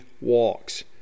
walks